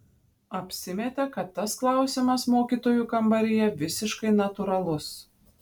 apsimetė kad tas klausimas mokytojų kambaryje visiškai natūralus